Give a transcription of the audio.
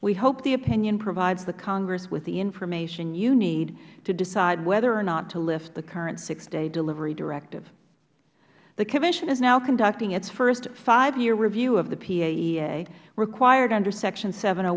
we hope the opinion provides the congress with the information you need to decide whether or not to lift the current six day delivery directive the commission is now conducting its first five year review of the paea required under section seven